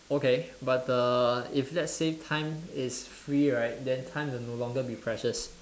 okay but the if let's say time is free right then time will no longer be precious